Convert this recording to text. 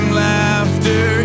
laughter